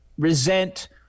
resent